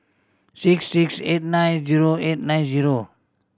six six eight nine zero eight nine zero